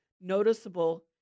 noticeable